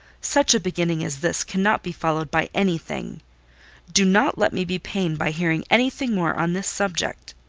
such a beginning as this cannot be followed by any thing do not let me be pained by hearing any thing more on the subject.